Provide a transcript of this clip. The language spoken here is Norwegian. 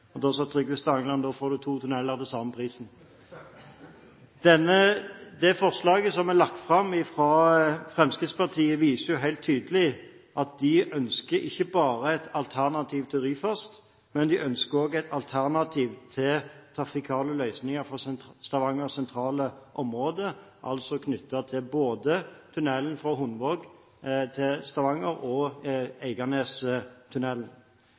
midten. Da sa Trygve Stangeland: Da får du to tunneler til samme prisen. Det forslaget som er lagt fram fra Fremskrittspartiet, viser helt tydelig at de ikke bare ønsker et alternativ til Ryfast, men de ønsker også et alternativ til trafikale løsninger for Stavangers sentrale områder, knyttet til både tunnelen fra Hundvåg til Stavanger og Eiganestunnelen.